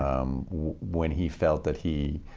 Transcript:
um when he felt that he,